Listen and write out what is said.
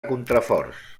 contraforts